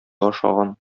ашаган